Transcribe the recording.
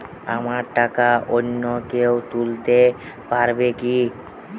আমার টাকা অন্য কেউ তুলতে পারবে কি?